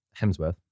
Hemsworth